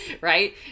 right